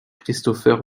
christopher